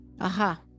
aha